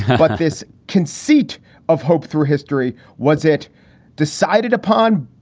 but this conceit of hope through history was it decided upon?